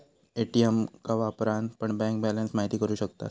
ATM का वापरान पण बँक बॅलंस महिती करू शकतास